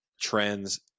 trends